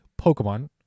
Pokemon